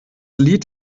lied